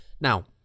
now